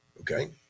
Okay